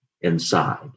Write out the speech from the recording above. inside